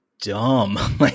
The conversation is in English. dumb